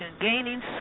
gaining